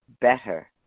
better